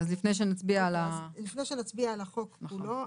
לפני שנצביע על החוק כולו,